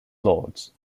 lords